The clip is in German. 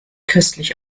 köstlich